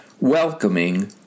Welcoming